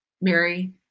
Mary